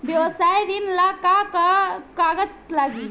व्यवसाय ऋण ला का का कागज लागी?